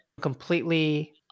completely